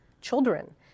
children